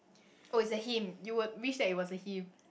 oh is a him you would wish that it was a him